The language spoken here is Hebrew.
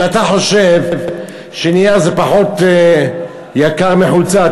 אם אתה חושב שנייר זה פחות יקר מחולצה,